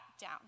down